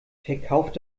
verkauft